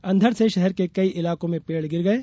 अंधड से शहर के कई इलाकों में पेड गिर गये